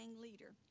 leader